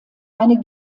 eine